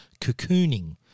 cocooning